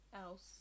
else